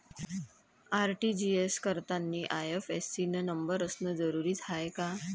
RTGS करतांनी IFSC न number असनं जरुरीच हाय का?